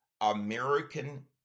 American